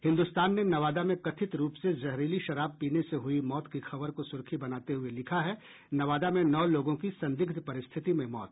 हिन्दुस्तान ने नवादा में कथित रूप से जहरीली शराब पीने से हुई मौत की खबर को सुर्खी बनाते हुए लिखा है नवादा में नौ लोगों की संदिग्ध परिस्थिति में मौत